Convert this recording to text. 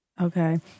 Okay